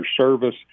service